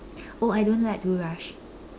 oh I don't like to rush